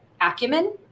acumen